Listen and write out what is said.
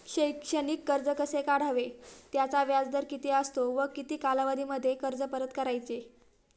शैक्षणिक कर्ज कसे काढावे? त्याचा व्याजदर किती असतो व किती कालावधीमध्ये कर्ज परत करायचे?